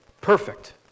perfect